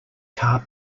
car